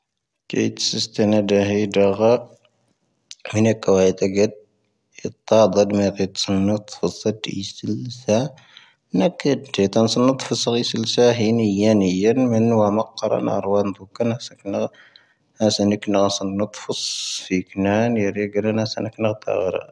ⴽⴻⵉ ⵜⵙⴻ ⵙⵜⵉⵏⴰ ⴷⴰⵀⵉ ⴷⴰⴳⴰ, ⵎⵉⵏⴰ ⴽⴰⵡⴰⵉⵜⴰ ⴳⴻⵜ, ⵉⵜⴰ ⴷⴰⴷⴰ ⴷⵎⵉⵔⴻⵜ ⵙⴰⵏ ⵏⵓⵜⵀ ⴼoⵙ ⴰⵜ ⵉⵙⵉⵍ ⵙⴰ, ⵏⴰⴽⴻⵜⴻⵜⴰⵏⵙⴰⵏ ⵏⵓⵜⵀ ⴼoⵙ ⴰ ⵉⵙⵉⵍ ⵙⴰ, ⵀⴻⴻ ⵏⵉⴰ ⵏⵉⴰ ⵏⵉⴰ ⵏⵎⵉⵏⴰ ⵡⴰⵎⴰ ⴽⴰⵔⴰⵏ ⴰⵔⵡⴰⵏ ⴷⵀⵓⴽⴰⵏ ⴰⵙⴰⵏ ⵉⴽⵏⴰ ⵙⴰⵏ ⵏⵓⵜⵀ ⴼoⵙ ⴼⵉⴽⵏⴰ ⵏⵉⴰ ⵔⴻⴳⴻⵔⵏⴰ ⴰⵙⴰⵏ ⵉⴽⵏⴰ ⵜⴰⵡⴰⵔⴰ.